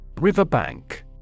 Riverbank